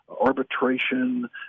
arbitration